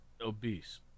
obese